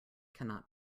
cannot